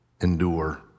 endure